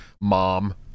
mom